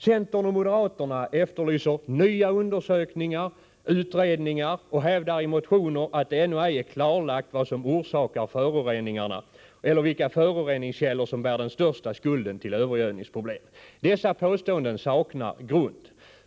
Centern och moderaterna efterlyser nya undersökningar och utredningar och hävdar i motioner att det ännu ej är klarlagt vad som orsakar föroreningarna eller vilka föroreningskällor som bär den största skulden till övergödningsproblemen. Dessa påståenden saknar grund.